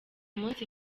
munsi